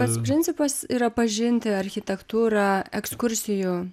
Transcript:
pats principas yra pažinti architektūrą ekskursijų